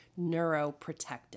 neuroprotective